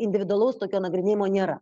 individualaus tokio nagrinėjimo nėra